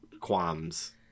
qualms